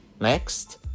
Next